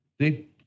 See